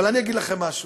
אבל אני אומר לכם משהו: